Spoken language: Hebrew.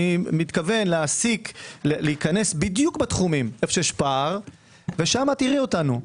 אני מתכוון להיכנס בדיוק בתחומים איפה שיש פער ושם תראי אותנו.